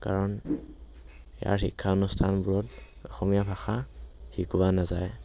কাৰণ তাৰ শিক্ষানুষ্ঠানবোৰত অসমীয়া ভাষা শিকোৱা নাযায়